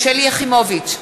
שלי יחימוביץ,